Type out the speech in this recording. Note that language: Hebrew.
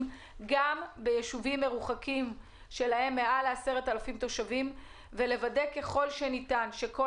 גם ביישובים מרוחקים שבהם מעל 10,000 תושבים ולוודא ככל שניתן שכל